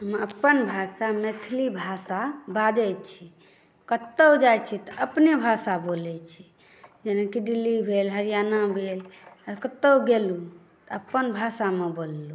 हम अपन भाषा मैथिली भाषा बाजैत छी कतहु जाइत छी तऽ अपने भाषा बोलैत छी जेना कि दिल्ली भेल हरियाणा भेल कतहु गेलहुँ तऽ अपन भाषामे बोललहुँ